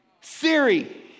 Siri